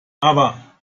aber